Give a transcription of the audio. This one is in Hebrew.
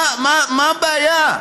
מה הבעיה?